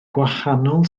gwahanol